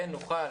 כן נוכל